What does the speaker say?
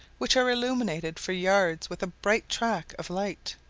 which are illuminated for yards with a bright track of light,